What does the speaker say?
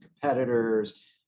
competitors